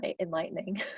enlightening